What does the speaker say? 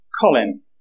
Colin